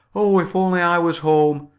oh, if only i was home!